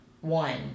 One